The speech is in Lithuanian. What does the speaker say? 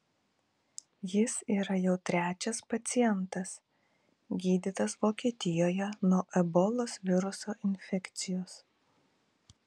jis yra jau trečias pacientas gydytas vokietijoje nuo ebolos viruso infekcijos